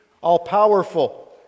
all-powerful